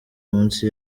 munsi